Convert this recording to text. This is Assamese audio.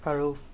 আৰু